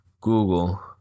Google